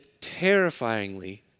terrifyingly